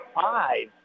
five